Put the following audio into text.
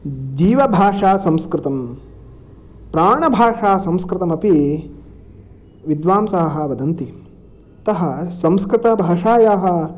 जीवभाषा संस्कृतं प्राणभाषा संस्कृतमपि विद्वांसाः वदन्ति अतः संस्कृतभाषायाः